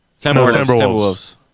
Timberwolves